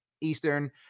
Eastern